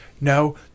no